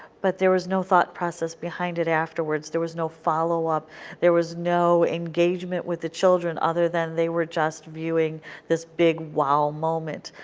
but there was no thought process behind it afterwards. there was no follow-up. there was no engagement with the children other than they were just viewing this big wow moment.